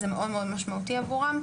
זה מאוד מאוד משמעותי עבורם,